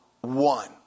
one